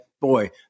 boy